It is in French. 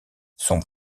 son